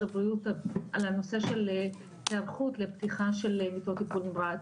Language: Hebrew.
הבריאות על הנושא של היערכות לפתיחה של מיטות טיפול נמרץ.